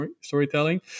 storytelling